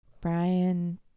Brian